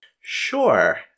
Sure